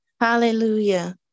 Hallelujah